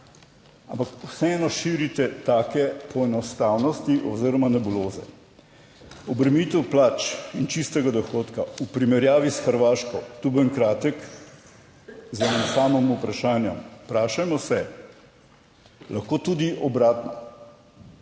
ampak vseeno širite take po enostavnosti oziroma nebuloze. Obremenitev plač in čistega dohodka v primerjavi s Hrvaško, tu bom kratek z enim samim vprašanjem. Vprašajmo se, lahko tudi obratno,